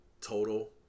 total